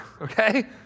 okay